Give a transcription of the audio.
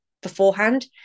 beforehand